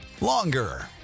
longer